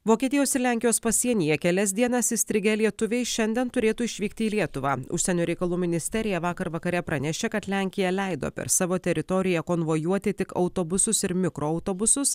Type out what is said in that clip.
vokietijos ir lenkijos pasienyje kelias dienas įstrigę lietuviai šiandien turėtų išvykti į lietuvą užsienio reikalų ministerija vakar vakare pranešė kad lenkija leido per savo teritoriją konvojuoti tik autobusus ir mikroautobusus